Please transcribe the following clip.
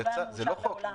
זה לא חוק.